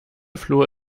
flur